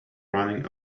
running